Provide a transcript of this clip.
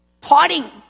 parting